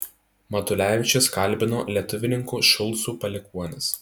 matulevičius kalbino lietuvininkų šulcų palikuonis